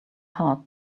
heart